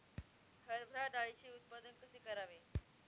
हरभरा डाळीचे उत्पादन कसे करावे?